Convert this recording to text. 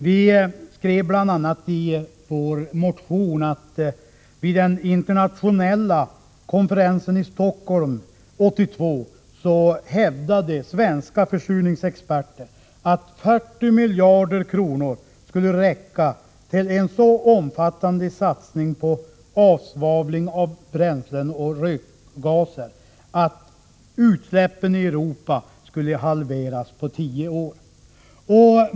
Vi skrev i vår motion bl.a. att svenska försurningsexperter vid den internationella konferensen i Stockholm 1982 hävdade att 40 miljarder kronor skulle räcka för en så omfattande satsning på avsvavling av bränslen och rökgaser att utsläppen i Europa skulle halveras på tio år.